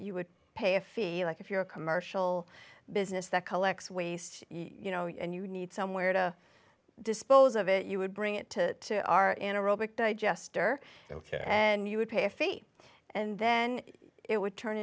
you would pay a fee like if you're a commercial business that collects waste you know you and you need somewhere to dispose of it you would bring it to our in a robot digester ok and you would pay a fee and then it would turn